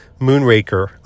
Moonraker